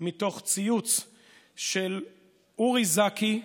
מתוך ציוץ של אורי זכי,